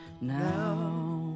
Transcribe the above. now